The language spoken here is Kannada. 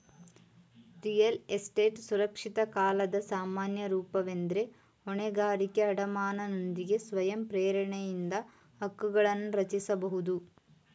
ರಿಯಲ್ ಎಸ್ಟೇಟ್ ಸುರಕ್ಷಿತ ಕಾಲದ ಸಾಮಾನ್ಯ ರೂಪವೆಂದ್ರೆ ಹೊಣೆಗಾರಿಕೆ ಅಡಮಾನನೊಂದಿಗೆ ಸ್ವಯಂ ಪ್ರೇರಣೆಯಿಂದ ಹಕ್ಕುಗಳನ್ನರಚಿಸಬಹುದು